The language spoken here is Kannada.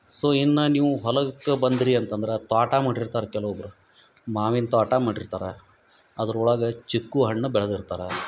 ಸೊ ಇನ್ನ ನೀವು ಹೊಲಕ್ಕ ಬಂದ್ರಿ ಅಂತಂದ್ರ ತೋಟ ಮಾಡಿರ್ತಾರ ಕೆಲವೊಬ್ರು ಮಾವಿನ ತ್ವಾಟ ಮಾಡಿರ್ತಾರೆ ಅದ್ರೊಳಗ ಚಿಕ್ಕು ಹಣ್ಣು ಬೆಳ್ದಿರ್ತಾರೆ